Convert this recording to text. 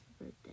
birthday